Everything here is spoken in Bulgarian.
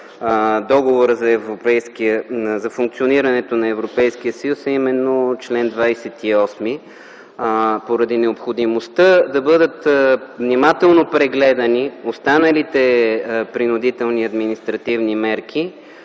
Договора за функционирането на Европейския съюз, а именно чл. 28. Поради необходимостта да бъдат внимателно прегледани останалите принудителни административни мерки